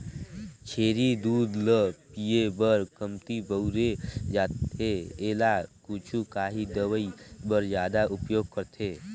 छेरी दूद ल पिए बर कमती बउरे जाथे एला कुछु काही दवई बर जादा उपयोग करथे